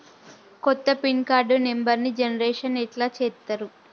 కొత్త pin card నెంబర్ని generation ఎట్లా చేత్తరు?